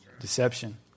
Deception